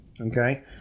okay